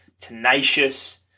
tenacious